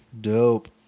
Dope